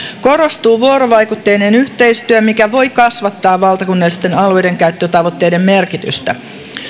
korostuu vuorovaikutteinen yhteistyö mikä voi kasvattaa valtakunnallisten alueidenkäyttötavoitteiden merkitystä